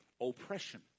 oppression